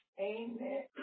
Amen